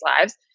lives